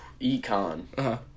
econ